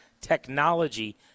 technology